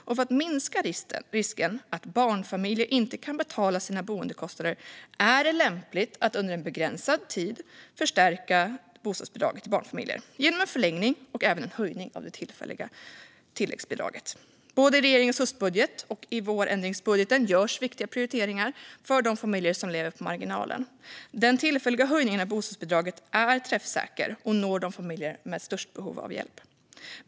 Och för att minska risken att barnfamiljer inte kan betala sina boendekostnader är det lämpligt att under en begränsad tid förstärka bostadsbidraget till barnfamiljer genom en förlängning och även en höjning av det tillfälliga tilläggsbidraget. Både i regeringens höstbudget och i vårändringsbudgeten görs viktiga prioriteringar för de familjer som lever på marginalen. Den tillfälliga höjningen av bostadsbidraget är träffsäker och når de familjer som har störst behov av hjälp.